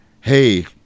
hey